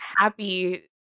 happy